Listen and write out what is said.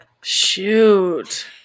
Shoot